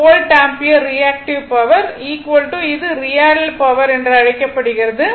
அதாவது volt ampere reactive power இது real power என்று அழைக்கப்படுகிறது